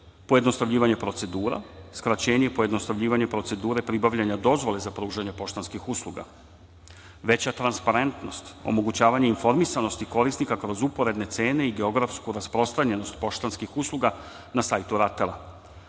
pojednostavljivanje procedura, skraćenje i pojednostavljivanje procedure pribavljanja dozvole za pružanje poštanskih usluga, veća transparentnost, omogućavanje informisanosti korisnika kroz uporedne cene i geografsku rasprostranjenost poštanskih usluga na sajtu RATEL-a,